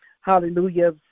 hallelujah